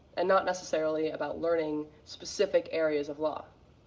and not necessarily about learning specific areas of law.